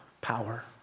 power